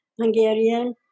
Hungarian